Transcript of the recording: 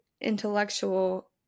intellectual